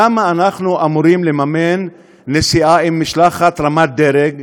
למה אנחנו אמורים לממן נסיעה עם משלחת רמת-דרג,